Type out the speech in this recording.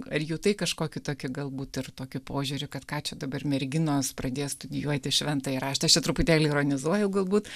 ar jutai kažkį tokį galbūt ir tokį požiūrį kad ką čia dabar merginos pradės studijuoti šventąjį raštą aš čia truputėlį ironizuoju galbūt